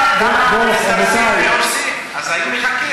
אז היו מחכים,